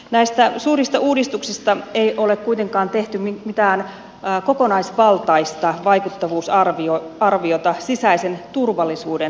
näistä suurista uudistuksista ei ole kuitenkaan tehty mitään kokonaisvaltaista vaikuttavuusarviota sisäisen turvallisuuden kannalta